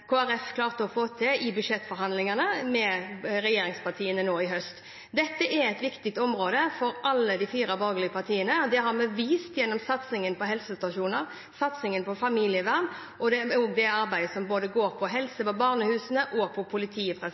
Folkeparti klarte å få til i budsjettforhandlingene med regjeringspartiene nå i høst. Dette er et viktig område for alle de fire borgerlige partiene. Det har vi vist gjennom satsingen på helsestasjoner, satsingen på familievern og også det arbeidet som går på helse, på barnehusene og på